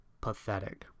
pathetic